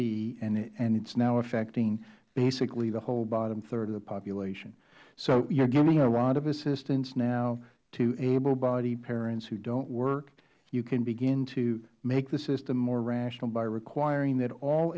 be and it is now affecting basically the whole bottom third of the population you are giving a lot of assistance now to able bodied parents who dont work you can being to make the system more rational by requiring that all